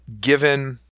given